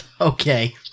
Okay